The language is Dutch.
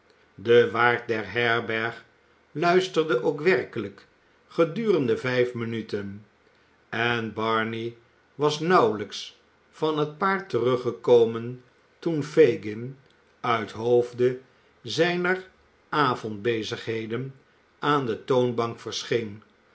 de waard der herberg luisterde ook werkelijk gedurende vijf minuten en barney was nauwelijks van het paar teruggekomen toen fagin uithoofde zijner avondbezigheden aan de toonbank verscheen